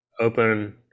open